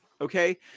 Okay